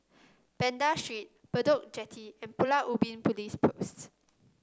Banda Street Bedok Jetty and Pulau Ubin Police Post